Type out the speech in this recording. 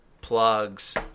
plugs